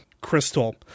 Crystal